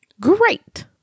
great